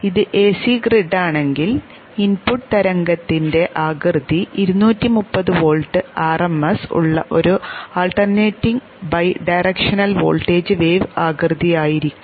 ഇത് എസി ഗ്രിഡാണെങ്കിൽ ഇൻപുട്ട് തരംഗത്തിന്റെ ആകൃതി 230 വോൾട്ട് ആർഎംഎസ് ഉള്ള ഒരു alternating bidirectional voltage wave ആകൃതിയായിരിക്കും